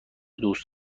دوست